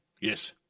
Yes